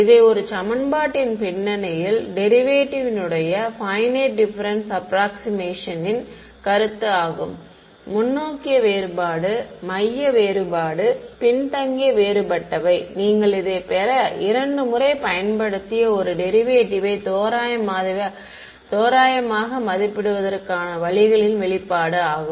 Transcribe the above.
இது ஒரு சமன்பாட்டின் பின்னணியில் டெரிவேட்டிவ்வினுடைய பையனைட் டிப்பெரன்ஸ் அப்ராக்காஷிமேஷனின் கருத்து ஆகும் முன்னோக்கிய வேறுபாடு மைய வேறுபாடு பின்தங்கிய வேறுபட்டவை forward difference central difference backward different நீங்கள் இதைப் பெற இரண்டு முறை பயன்படுத்திய ஒரு டெரிவேட்டிவை தோராயமாக மதிப்பிடுவதற்கான வழிகளின் வெளிப்பாடு ஆகும்